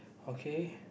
okay